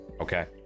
Okay